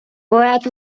поет